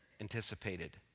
anticipated